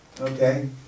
Okay